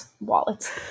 wallets